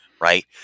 Right